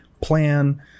plan